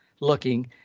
looking